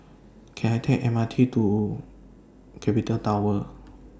Can I Take M R T to Capital Tower